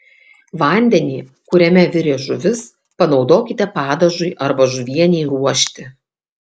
vandenį kuriame virė žuvis panaudokite padažui arba žuvienei ruošti